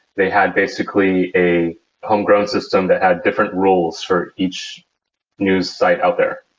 they had basically a homegrown system that had different rules for each news site out there.